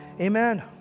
Amen